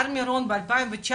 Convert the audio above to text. בהר מירון, ב-2019,